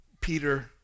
Peter